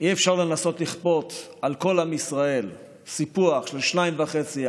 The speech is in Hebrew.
אי-אפשר לנסות לכפות על כל עם ישראל סיפוח של שניים וחצי,